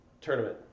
tournament